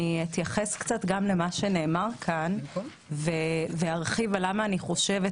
אני אתייחס קצת גם למה שנאמר כאן וארחיב למה אני חושבת